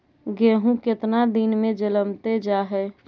गेहूं केतना दिन में जलमतइ जा है?